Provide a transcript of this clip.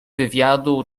wywiadu